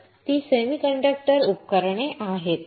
तर ती सेमीकंडक्टर उपकरणे आहेत